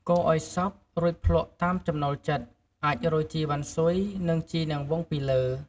កូរឲ្យសព្វ រួចភ្លក្សតាមចំណូលចិត្ត អាចរោយជីរវ៉ាន់ស៊ុយ និង ជីនាងវងពីលើ។